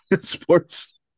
sports